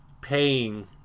paying